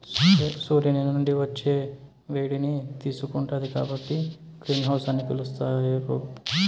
సూర్యుని నుండి వచ్చే వేడిని తీసుకుంటాది కాబట్టి గ్రీన్ హౌస్ అని పిలుత్తారు